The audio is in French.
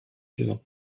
saison